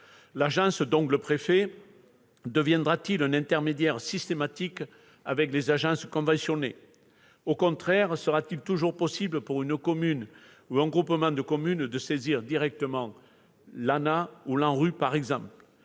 L'agence, donc le préfet, deviendra-t-elle un intermédiaire systématique entre les collectivités et les agences conventionnées ? Au contraire, sera-t-il toujours possible pour une commune ou un groupement de communes de saisir directement l'ANAH ou l'ANRU ? Si tel